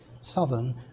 Southern